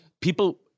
people